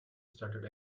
started